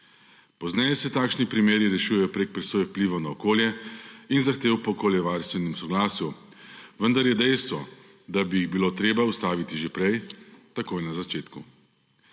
Pozneje se takšni primeri rešujejo preko presoje vplivov na okolje in zahtev po okoljevarstvenem soglasju, vendar je dejstvo, da bi jih bilo treba ustaviti že prej, takoj na začetku.